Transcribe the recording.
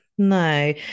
No